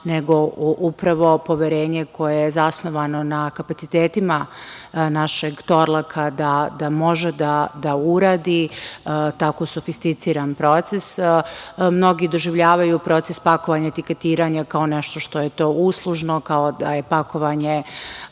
nego upravo poverenje koje je zasnovano na kapacitetima našeg „Torlaka“ da može da uradi tako sufisticiran proces. Mnogi doživljavaju proces pakovanja i etiketiranja kao nešto što je uslužno, kao da je pakovanje